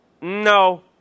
No